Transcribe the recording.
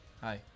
Hi